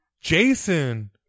Jason